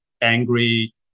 angry